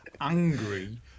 angry